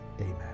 Amen